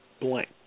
blank